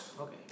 Okay